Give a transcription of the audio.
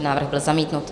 Návrh byl zamítnut.